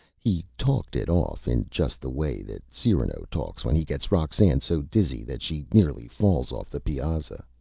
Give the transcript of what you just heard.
he talked it off in just the way that cyrano talks when he gets roxane so dizzy that she nearly falls off the piazza.